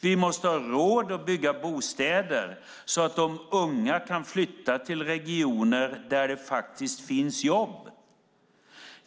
Vi måste ha råd att bygga bostäder så att de unga kan flytta till regioner där det faktiskt finns jobb.